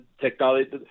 technology